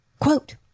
Quote